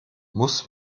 muss